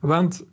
Want